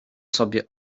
sobie